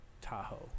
Tahoe